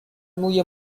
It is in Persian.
موی